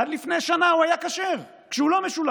עד לפני שנה הוא היה כשר, כשהוא לא משולש.